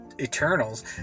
Eternals